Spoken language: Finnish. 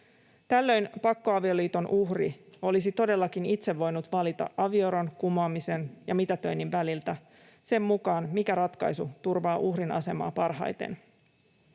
Tällöin pakkoavioliiton uhri olisi todellakin itse voinut valita avioeron, kumoamisen ja mitätöinnin väliltä sen mukaan, mikä ratkaisu turvaa uhrin asemaa parhaiten.